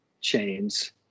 chains